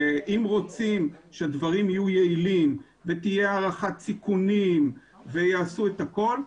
אם רוצים שהדברים יהיו יעילים ותהיה הערכת סיכונים ויעשו הכול,